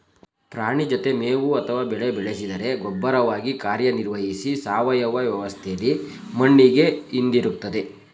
ಪ್ರಾಣಿ ಜೊತೆ ಮೇವು ಅಥವಾ ಬೆಳೆ ಬೆಳೆಸಿದರೆ ಗೊಬ್ಬರವಾಗಿ ಕಾರ್ಯನಿರ್ವಹಿಸಿ ಸಾವಯವ ವ್ಯವಸ್ಥೆಲಿ ಮಣ್ಣಿಗೆ ಹಿಂದಿರುಗ್ತದೆ